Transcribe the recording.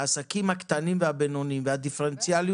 העסקים הקטנים והבינוניים מצריכים